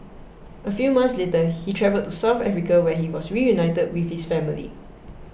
a few months later he travelled to South Africa where he was reunited with his family